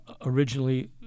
Originally